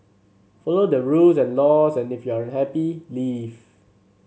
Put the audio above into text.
follow the rules and laws and if you're unhappy leave